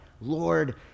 Lord